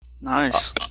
Nice